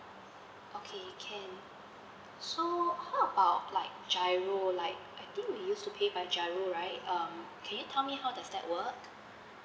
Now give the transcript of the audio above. okay can so how about like G_I_R_O like I think we used to pay by G_I_R_O right um can you tell me how does that work